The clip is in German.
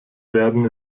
werden